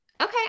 Okay